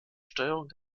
steuerung